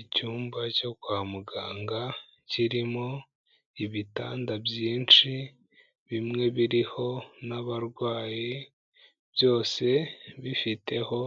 Icyumba cyo kwa muganga kirimo ibitanda byinshi bimwe biriho n'abarwayi byose bifiteho